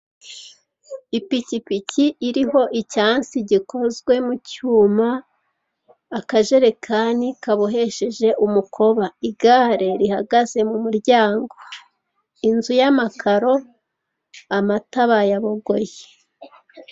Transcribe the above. Ipikipiki iriho icyansi gikozwe mu cyuma, akajerekani kabohesheje umukoba. Igare rihagaze mu muryango. Inzu y'amakaro, amata bayabogoye.